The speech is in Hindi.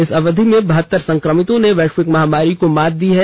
इसी अवधि में बहतर संक्रमितों ने वैश्विक महामारी को मात दी है